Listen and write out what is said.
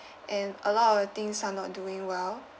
and lot of things are not doing well